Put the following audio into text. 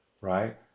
right